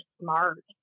smart